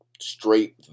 straight